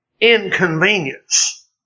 inconvenience